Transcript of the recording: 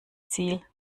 ziel